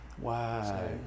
Wow